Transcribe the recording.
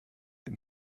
ihn